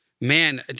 man